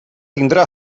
tindrà